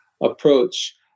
approach